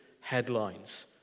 headlines